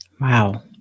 Wow